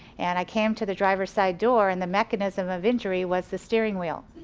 and i came to the driver's side door, and the mechanism of injury was the steering wheel,